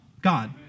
God